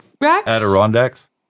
Adirondacks